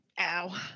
Ow